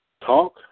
talk